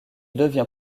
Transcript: devient